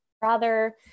brother